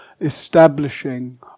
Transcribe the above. establishing